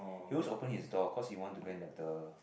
he always open his door cause he want to go and let the